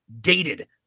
dated